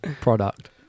product